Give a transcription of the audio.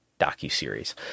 docuseries